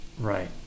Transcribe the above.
Right